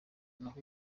naho